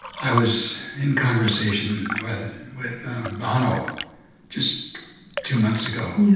i was in conversation with bono just two months ago